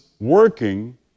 working